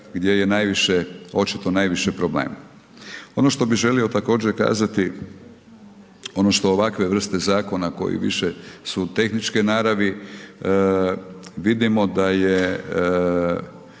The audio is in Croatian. gdje je najviše očito najviše problema. Ono što bi želio također kazati ono što ovakve vrste zakona koji više su tehničke naravi vidimo da je